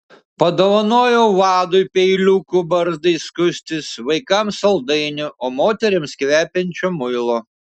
padovanojau vadui peiliukų barzdai skustis vaikams saldainių o moterims kvepiančio muilo